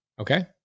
Okay